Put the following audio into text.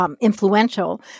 Influential